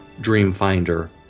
Dreamfinder